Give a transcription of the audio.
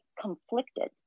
conflicted